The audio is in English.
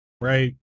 right